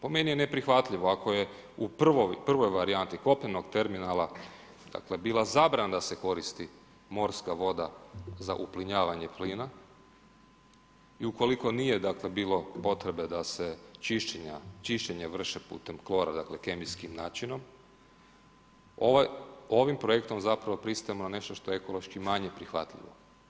Po meni je neprihvatljivo ako je u prvoj varijanti kopnenog terminala bila zabrana da se koristi morska voda za uplinjavanje plina i ukoliko nije bilo potrebe da se čišćenje vrši putem klora dakle kemijskim načinom ovim projektom pristajemo na nešto što je ekološki manje prihvatljivo.